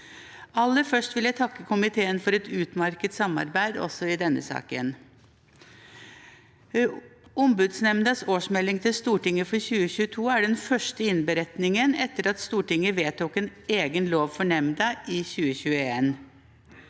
Aller først vil jeg takke komiteen for et utmerket samarbeid også i denne saken. Ombudsnemndas årsmelding til Stortinget for 2022 er den første innberetningen etter at Stortinget vedtok en egen lov for nemnda i 2021.